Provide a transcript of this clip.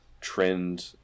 trend